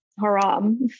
haram